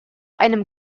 einem